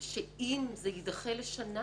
שאם זה יידחה בשנה,